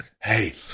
hey